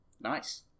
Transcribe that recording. nice